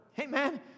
Amen